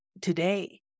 today